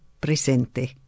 presente